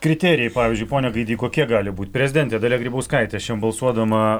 kriterijai pavyzdžiui pone gaidy kokie gali būt prezidentė dalia grybauskaitė šiandien balsuodama